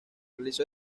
realizó